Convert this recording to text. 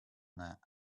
that